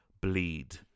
bleed